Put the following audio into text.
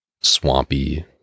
swampy